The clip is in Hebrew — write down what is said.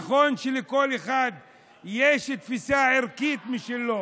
נכון שלכל אחד יש תפיסה ערכית משלו,